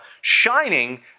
shining